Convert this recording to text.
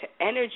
energy